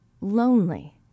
lonely